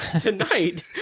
tonight